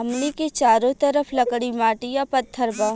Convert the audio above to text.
हमनी के चारो तरफ लकड़ी माटी आ पत्थर बा